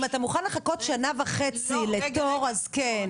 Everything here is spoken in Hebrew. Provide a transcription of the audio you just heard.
אם אתה מוכן לחכות שנה וחצי לתור, אז כן.